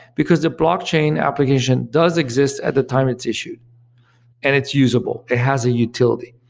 because the blockchain application does exist at the time it's issued and it's usable. it has a utility.